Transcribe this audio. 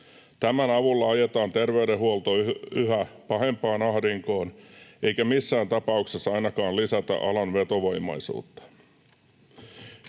Tämän avulla ajetaan terveydenhuolto yhä pahempaan ahdinkoon eikä missään tapauksessa ainakaan lisätä alan vetovoimaisuutta.